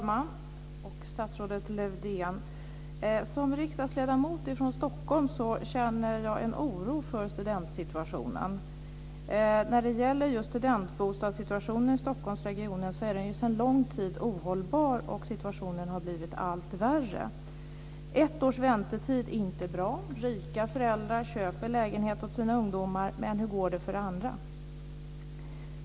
Fru talman, statsrådet Lövdén! Som riksdagsledamot från Stockholm känner jag en oro för studentsituationen. Studentbostadssituationen i Stockholmsregionen är sedan lång tid ohållbar, och situationen har blivit allt värre. Ett års väntetid är inte bra. Rika föräldrar köper lägenheter åt sina ungdomar. Men hur går det för andra?